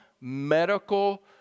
medical